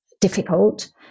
difficult